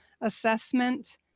assessment